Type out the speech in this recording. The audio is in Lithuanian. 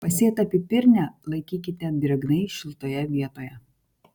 pasėtą pipirnę laikykite drėgnai šiltoje vietoje